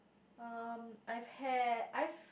um I've had I've